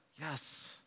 yes